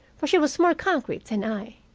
for she was more concrete than i.